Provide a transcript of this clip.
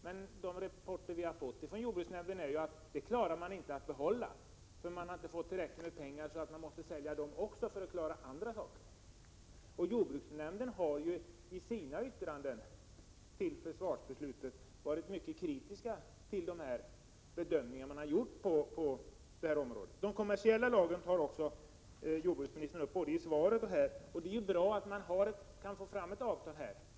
Men de rapporter som vi har fått från jordbruksnämnden talar ju om att man inte kan göra på detta sätt, eftersom man inte har fått tillräckligt med pengar och därför måste sälja dessa fodermedel för att klara andra uppgifter. Jordbruksnämnden har ju i sina yttranden i samband med försvarsbeslutet varit mycket kritisk till de bedömningar som har gjorts på detta område. Jordbruksministern tar både i svaret och i senare inlägg upp de kommersiella lagren. Det är bra att man här kan få fram ett avtal.